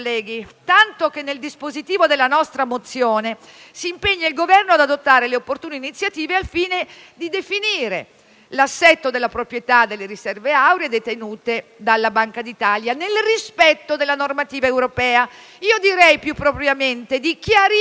tanto che nel dispositivo della nostra mozione si impegna il Governo ad adottare le opportune iniziative al fine di definire l'assetto della proprietà delle riserve auree detenute dalla Banca d'Italia, nel rispetto della normativa europea. Direi più propriamente di chiarire,